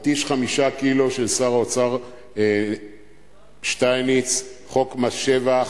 פטיש חמישה קילו של שר האוצר שטייניץ חוק מס שבח,